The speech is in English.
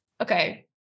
Okay